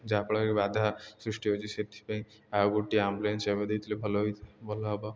ଯାହାଫଳରେ ବାଧା ସୃଷ୍ଟି ହଉଛି ସେଥିପାଇଁ ଆଉ ଗୋଟିେ ଆମ୍ବୁଲାନ୍ସ ସେବା ଦେଇଥିଲେ ଭଲ ଭଲ ହବ